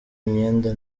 imyenda